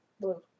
Blue